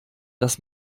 dass